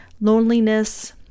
loneliness